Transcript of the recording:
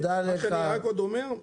נושא